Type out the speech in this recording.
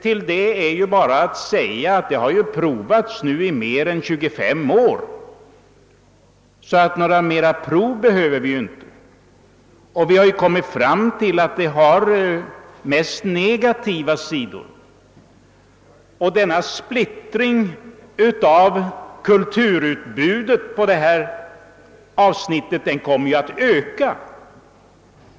Till det är bara att säga, att man redan har prövat detta system i mer än 25 år. Någon ytterligare provverksamhet behöver vi alltså inte. Vi har kommit fram till att denna förmedling har övervägande negativa sidor. Splittringen i kulturutbudet kommer också att öka.